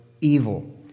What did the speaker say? evil